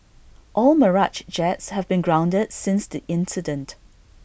all Mirage jets have been grounded since the incident